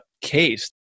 case